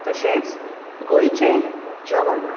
तशेंच गोंयचें जेवण